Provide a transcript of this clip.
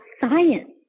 science